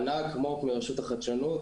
מענק מו"פ מרשות החדשנות,